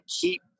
keep